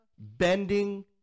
bending